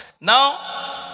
Now